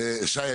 שי,